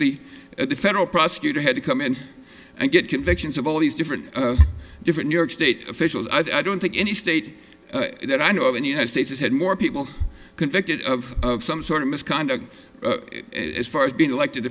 be at the federal prosecutor had to come in and get convictions of all these different different new york state officials i don't think any state that i know of in the united states has had more people convicted of some sort of misconduct as far as being elected